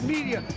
Media